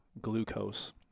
glucose